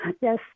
Yes